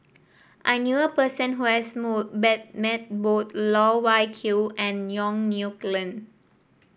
I knew a person who has move bet met both Loh Wai Kiew and Yong Nyuk Lin